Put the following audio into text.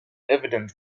evident